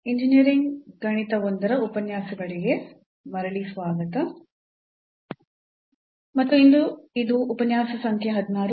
engineering ಗಣಿತ I ರ ಉಪನ್ಯಾಸಗಳಿಗೆ ಮರಳಿ ಸ್ವಾಗತ ಮತ್ತು ಇಂದು ಇದು ಉಪನ್ಯಾಸ ಸಂಖ್ಯೆ 16